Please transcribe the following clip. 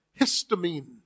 histamine